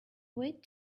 wait